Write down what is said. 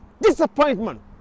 Disappointment